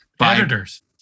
Editors